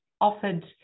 offered